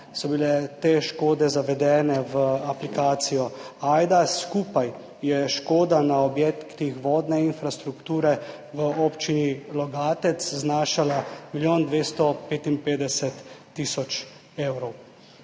so bile te škode zavedene v aplikacijo AJDA. Skupaj je škoda na objektih vodne infrastrukture v občini Logatec znašala milijon 255 tisoč evrov.